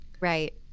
Right